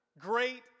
great